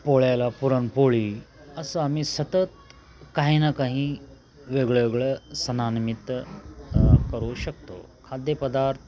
पोळ्याला पुरणपोळी असं आम्ही सतत काही ना काही वेगळ वेगळं सणानिमित्त करू शकतो खाद्यपदार्थ